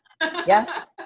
Yes